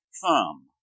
thumb